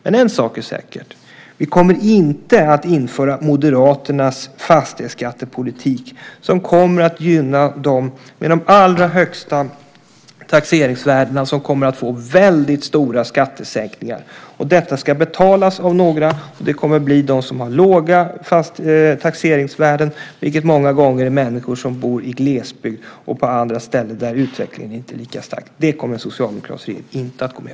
Men en sak är säker, nämligen att vi inte kommer att införa Moderaternas fastighetsskattepolitik som kommer att gynna dem med de allra högsta taxeringsvärdena som kommer att få väldigt stora skattesänkningar. Och detta ska betalas av några, och det kommer att bli av dem som har låga taxeringsvärden, vilket många gånger är människor som bor i glesbygd och på andra ställen där utvecklingen inte är lika stark. Det kommer en socialdemokratisk regering inte att gå med på.